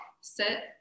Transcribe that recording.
sit